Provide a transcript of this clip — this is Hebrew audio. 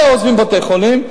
בגלל זה עוזבים בתי-חולים?